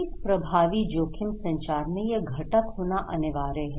एक प्रभावी जोखिम संचार में यह घटक होना अनिवार्य है